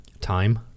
Time